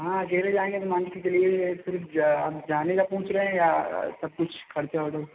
हाँ अकेले जाएँगे तो मान के चलिए यह क़रीब आप जाने का पूछ रहें या सब कुछ ख़र्चा हो जो